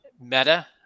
meta